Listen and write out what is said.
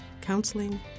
counseling